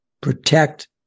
protect